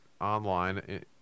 online